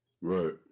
Right